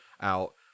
out